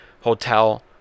hotel